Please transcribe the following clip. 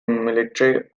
military